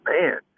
man